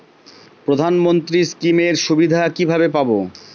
প্রধানমন্ত্রী স্কীম এর সুবিধা কিভাবে পাবো?